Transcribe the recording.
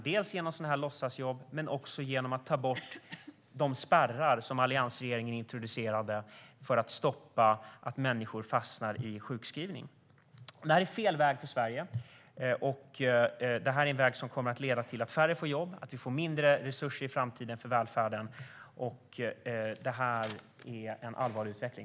Det sker genom sådana här låtsasjobb men också genom att ta bort de spärrar som alliansregeringen introducerade för att stoppa att människor fastnar i sjukskrivning. Det här är fel väg för Sverige. Det är en väg som kommer att leda till att färre får jobb och att vi får mindre resurser i framtiden för välfärden. Det är en allvarlig utveckling.